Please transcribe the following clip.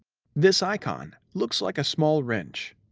this icon looks like a small wrench.